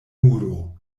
muro